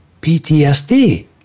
PTSD